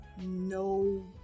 no